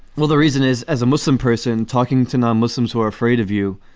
well, the reason is, as a muslim person talking to non-muslims who are afraid of you,